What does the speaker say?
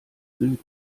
süden